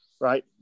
right